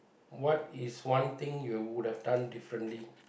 what is one thing you would have done differently